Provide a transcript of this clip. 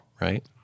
right